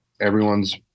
Everyone's